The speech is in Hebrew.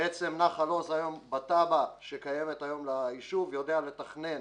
בעצם נחל עוז היום בתב"ע שקיימת היום ליישוב יודע לתכנן